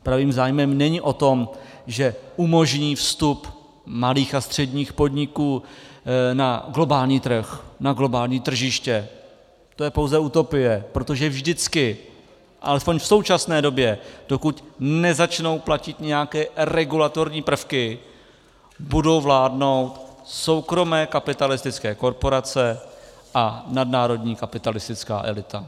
Pravý zájem není o tom, že umožní vstup malých a středních podniků na globální trh, na globální tržiště, to je pouze utopie, protože vždycky alespoň v současné době, dokud nezačnou platit nějaké regulatorní prvky, budou vládnout soukromé kapitalistické korporace a nadnárodní kapitalistická elita.